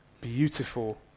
beautiful